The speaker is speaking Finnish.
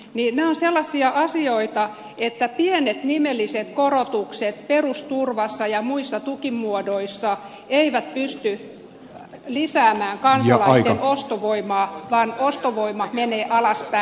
nämä ovat sellaisia asioita että pienet nimelliset korotukset perusturvassa ja muissa tukimuodoissa eivät pysty lisäämään kansalaisten ostovoimaa vaan ostovoima menee alaspäin